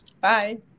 bye